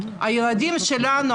הילדים שלנו,